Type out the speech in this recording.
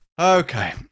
Okay